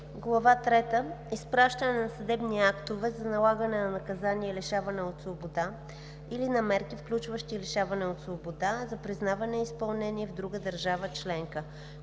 „Глава трета –Изпращане на съдебни актове за налагане на наказание лишаване от свобода или на мерки, включващи лишаване от свобода, за признаване изпълнението в друга държава членка“.